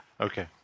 Okay